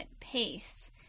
paste